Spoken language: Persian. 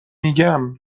میگم